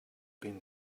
been